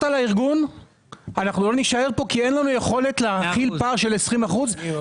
על הארגון אבל לא יישארו בו כי אין להן יכולת להכיל פער של 20 אחוזים.